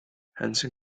henson